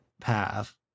path